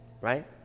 right